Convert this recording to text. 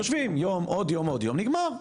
יושבים יום, עוד יום ועוד יום ונגמר.